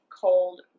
cold